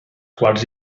quals